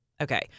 Okay